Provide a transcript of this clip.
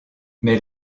mais